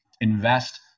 invest